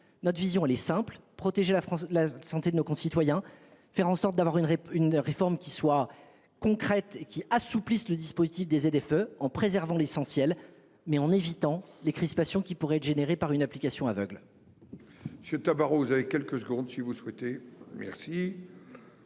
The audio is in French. Notre vision, les simple protéger la France, la santé de nos concitoyens. Faire en sorte d'avoir une, une réforme qui soit concrète qui assouplissent le dispositif des ZFE en préservant l'essentiel mais en évitant les crispations qui pourrait être généré par une application aveugle.